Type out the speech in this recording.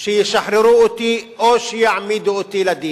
שישחררו אותי או שיעמידו אותי לדין,